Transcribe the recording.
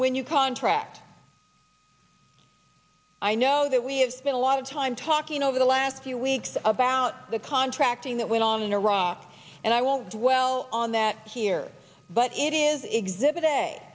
when you contract i know that we have been a lot of time talking over the last few weeks about the contracting that went on in iraq and i won't dwell on that here but it is